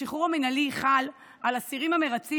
השחרור המינהלי חל על אסירים המרצים